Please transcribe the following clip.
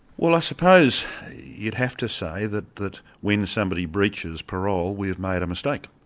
well i suppose you'd have to say that that when somebody breaches parole, we have made a mistake.